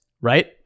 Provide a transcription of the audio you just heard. Right